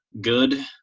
Good